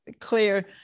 clear